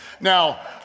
Now